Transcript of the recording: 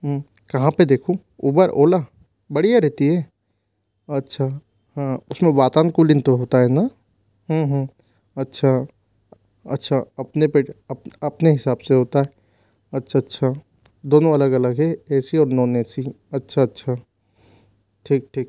कहाँ पर देखूँ ऊबर ओला बढ़िया रहती है अच्छा हाँ उसमें वातानुकूलित तो होता है न हूँ हूँ अच्छा अच्छा अपने पेटे हिसाब से होता है अच्छा अच्छा दोनों अलग अलग है ए सी और नॉन ए सी अच्छा अच्छा ठीक ठीक